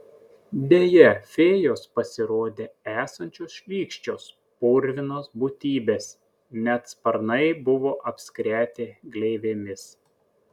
deja fėjos pasirodė esančios šlykščios purvinos būtybės net sparnai buvo apskretę gleivėmis